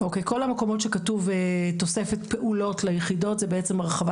כל המקומות שכתוב תוספת פעולות ליחידות זה בעצם הרחבה